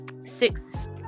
six